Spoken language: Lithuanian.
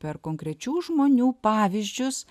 per konkrečių žmonių pavyzdžius